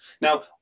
now